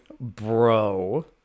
bro